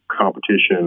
competition